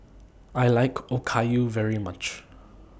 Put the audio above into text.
I like Okayu very much